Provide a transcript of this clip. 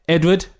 Edward